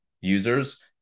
users